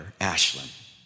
Ashlyn